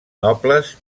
nobles